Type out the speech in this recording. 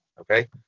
okay